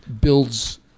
builds